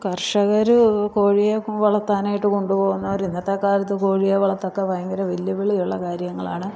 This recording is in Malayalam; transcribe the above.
കർഷകർ കോഴിയെ വളത്താനായിട്ട് കൊണ്ട് പോവുന്നൊരു ഇന്നത്തെ കാലത്ത് കോഴിയെ വളർത്തൊക്കെ ഭയങ്കര വെല്ലുവിളി ഉള്ള കാര്യങ്ങളാണ്